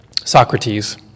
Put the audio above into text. Socrates